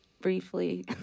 briefly